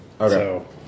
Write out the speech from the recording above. Okay